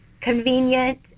convenient